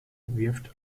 wirft